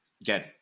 again